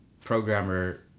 programmer